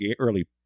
early